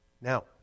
Now